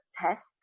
test